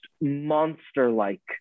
monster-like